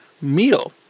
meal